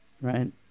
right